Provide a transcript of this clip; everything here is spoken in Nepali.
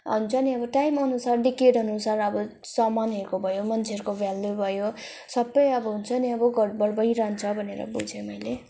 हुन्छ नि अब टाइम अनुसार डेकेड अनुसार अब सामानहरूको भयो मान्छेहरूको भेल्यू भयो सबै अब हुन्छ नि अब घटबढ भइरहन्छ भनेर बुझेँ मैले